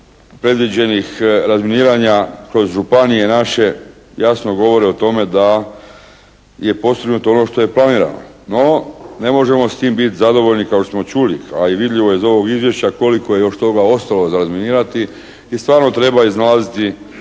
ostvarenja predviđenih razminiranja kroz županije naše jasno govore o tome da je postignuto ono što je planirano. No, ne možemo s time biti zadovoljni kao što smo čuli a i vidljivo je iz ovog izvješća koliko je još toga ostalo za razminirati i stvarno treba iznalaziti